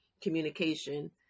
communication